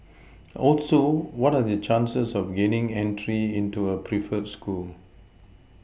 also what are the chances of gaining entry into a preferred school